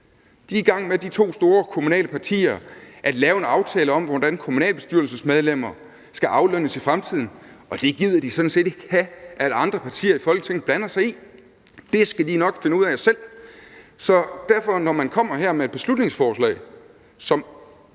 rævekage; de to store kommunale partier er i gang med at lave en aftale om, hvordan kommunalbestyrelsesmedlemmer skal aflønnes i fremtiden, og det gider de sådan set ikke have at andre partier i Folketinget blander sig i. Det skal de nok finde ud af selv. Så når man her kommer med et beslutningsforslag, som